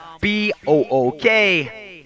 B-O-O-K